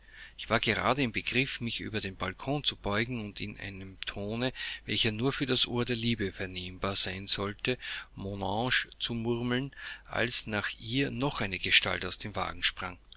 ich war gerade im begriff mich über den balkon zu beugen und in einem tone welcher nur für das ohr der liebe vernehmbar sein sollte mon ange zu murmeln als nach ihr noch eine gestalt aus dem wagen sprang